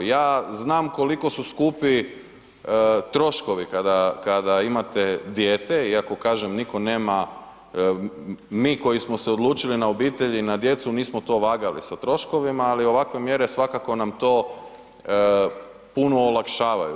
Ja znam koliko su skupi troškovi kada, kada imate dijete iako kažem nitko nema, mi koji smo se odlučili na obitelj i na djecu nismo to vagali sa troškovima, ali ovakve mjere svakako nam to puno olakšavaju.